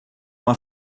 uma